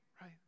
Right